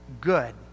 good